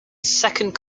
second